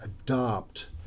adopt